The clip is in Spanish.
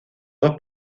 dos